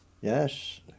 Yes